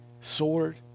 sword